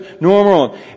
normal